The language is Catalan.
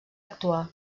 actuar